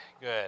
good